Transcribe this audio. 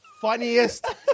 Funniest